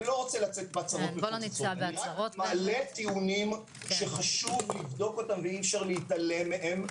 מלא טיעונים שחשוב לבדוק אותם ואי-אפשר להתעלם מהם.